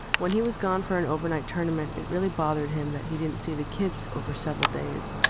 when he was gone for an overnight tournament, it really bothered him that he didn't see the kids over several days.